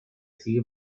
sigue